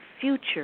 future